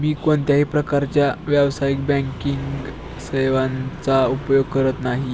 मी कोणत्याही प्रकारच्या व्यावसायिक बँकिंग सेवांचा उपयोग करत नाही